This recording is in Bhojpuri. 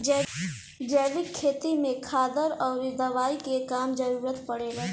जैविक खेती में खादर अउरी दवाई के कम जरूरत पड़ेला